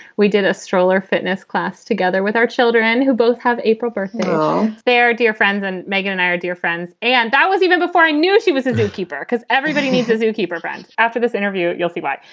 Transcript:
we did a stroller fitness class together with our children who both have april birthdays, all their dear friends and megan and our dear friends. and that was even before i knew she was a zookeeper, because everybody needs a zookeeper, friends. after this interview, you'll see why.